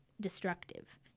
destructive